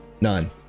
None